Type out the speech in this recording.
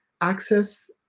access